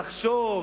לחשוב,